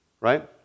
Right